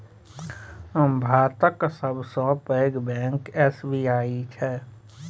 भातक सबसँ पैघ बैंक एस.बी.आई छै